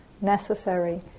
necessary